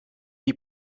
die